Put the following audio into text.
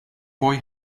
boy